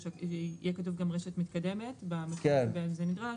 יהיה כתוב גם רשת מתקדמת במקומות בהם זה נדרש,